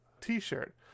t-shirt